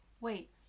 Wait